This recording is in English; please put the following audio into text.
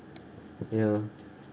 ya